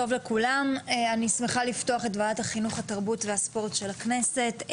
אני שמחה לפתוח את ועדת החינוך התרבות והספורט של הכנסת.